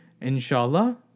Inshallah